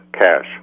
cash